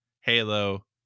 Halo